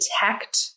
detect